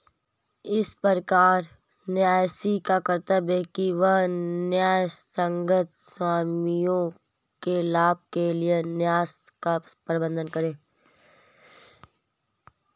इस प्रकार न्यासी का कर्तव्य है कि वह न्यायसंगत स्वामियों के लाभ के लिए न्यास का प्रबंधन करे